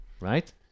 right